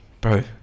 bro